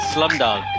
Slumdog